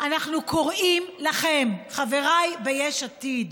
אנחנו קוראים לכם, חבריי ביש עתיד,